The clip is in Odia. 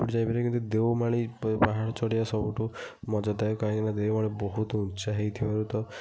ଗୋଟେ ଗୋଟେ ଜାଗା ରେ ଯେମିତି ଦେଓମାଳି ପାହାଡ଼ ଚଢିବା ସବୁଠୁ ମଜାଦାୟକ କାହିଁକି ନା ଦେଓମାଳି ବହୁତ ଉଚ୍ଚା ହୋଇଥିବାରୁ ତ